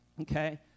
Okay